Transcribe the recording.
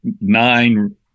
nine